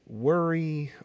worry